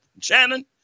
Shannon